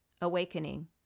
awakening